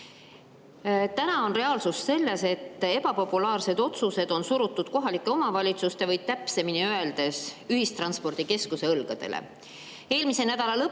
Täna on reaalsus selline, et ebapopulaarsed otsused on surutud kohalike omavalitsuste või, täpsemini öeldes, ühistranspordikeskuste õlgadele. Eelmise nädala lõpus